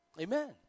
Amen